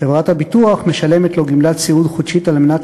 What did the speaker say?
חברת הביטוח משלמת לו גמלת סיעוד חודשית על מנת